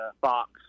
fox